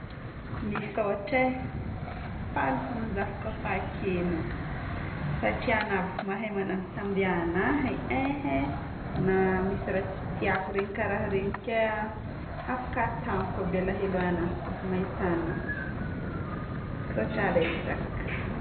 Misaotra e! Faly fôgna zaho kofa ake anà. Satria anà mahay manambitamby anahy e, hé hé. Na misy raha tsy tiako regny ka raha regniko e, afaka tampoka aby alahelo agnatiko kofa mahita anà. Misaotra betsaka.